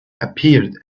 appeared